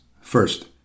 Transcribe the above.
First